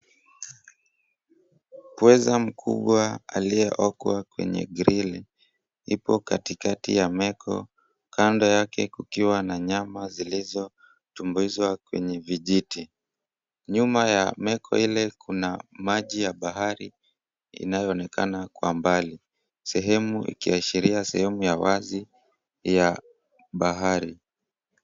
Pweza mkubwa aliyeokwa kwenye grili, ipo katikati ya meko, kando yake kukiwa na nyama zilizotumbuizwa kwenye vijiti. Nyuma ya meko ile, kuna maji ya bahari inayoonekana kwa mbali. Sehemu ikiashiria sehemu ya wazi ya bahari.